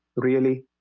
really